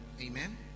Amen